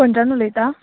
खंयच्यान उलयता